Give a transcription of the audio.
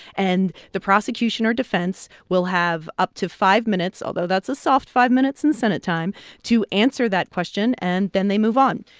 and the prosecution or defense will have up to five minutes although that's a soft five minutes in senate time to answer that question, and then they move on.